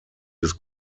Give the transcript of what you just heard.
des